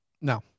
No